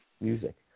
music